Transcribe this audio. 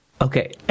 okay